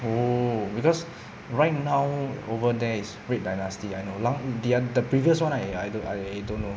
oh because right now over there is red dynasty I know lah their the previous one I I don't I don't know